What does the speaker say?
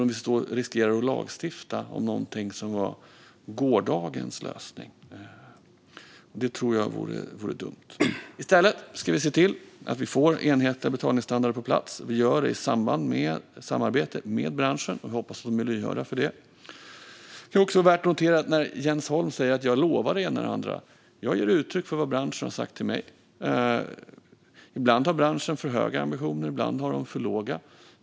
Vi riskerar att lagstifta om något som var gårdagens lösning. Det tror jag vore dumt. I stället ska vi se till att få enhetliga betalningsstandarder på plats. Det gör vi i samarbete med branschen, och vi hoppas att branschen är lyhörd för detta. Jens Holm säger att jag lovar det ena eller andra. Jag ger uttryck för vad branschen har sagt till mig. Ibland har branschen för höga ambitioner och ibland för låga.